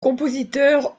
compositeur